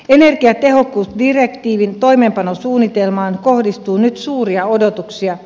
energiatehokkuusdirektiivin toimeenpanosuunnitelmaan kohdistuu nyt suuria odotuksia